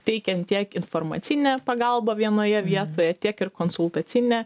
teikiant tiek informacinę pagalbą vienoje vietoje tiek ir konsultacinę